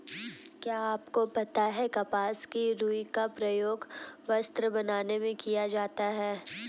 क्या आपको पता है कपास की रूई का प्रयोग वस्त्र बनाने में किया जाता है?